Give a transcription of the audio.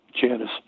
Janice